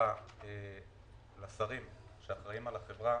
העבירה לשרים שאחראים על החברה